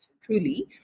truly